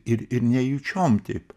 ir ir nejučiom taip